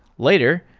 later,